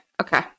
okay